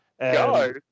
Go